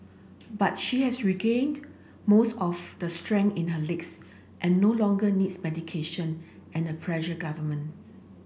but she has regained most of the strength in her and no longer needs medication and her pressure government